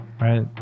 Right